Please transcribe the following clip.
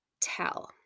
tell